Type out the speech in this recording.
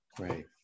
Right